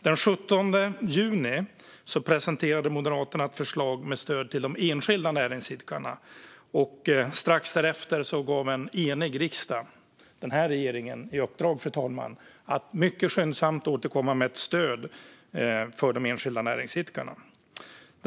Den 17 juni presenterade Moderaterna ett förslag med stöd till de enskilda näringsidkarna. Strax därefter gav en enig riksdag denna regering i uppdrag att mycket skyndsamt återkomma med ett stöd för de enskilda näringsidkarna. Fru talman!